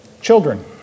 Children